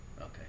Okay